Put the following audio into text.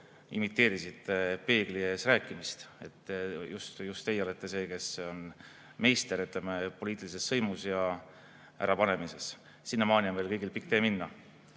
imiteerisite peegli ees rääkimist. Just teie olete see, kes on meister, ütleme, poliitilises sõimus ja ärapanemises. Sinnamaani on meil kõigil pikk tee minna.